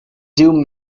doom